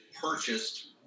purchased